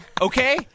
Okay